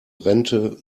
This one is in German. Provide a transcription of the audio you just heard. rente